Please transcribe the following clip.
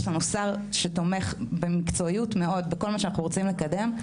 יש שר שתומך במקצועיות בכל מה שאנחנו רוצים לקדם.